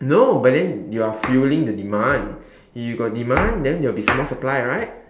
no but then you are fuelling the demand you got demand then they will be more supply right